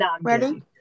Ready